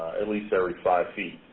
at least every five feet.